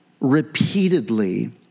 repeatedly